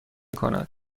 کند